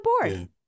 board